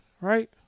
right